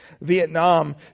Vietnam